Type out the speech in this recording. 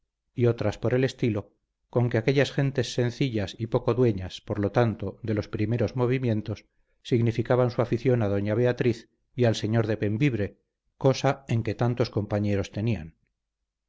y otras por el estilo con que aquellas gentes sencillas y poco dueñas por lo tanto de los primeros movimientos significaban su afición a doña beatriz y al señor de bembibre cosa en que tantos compañeros tenían